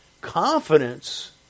confidence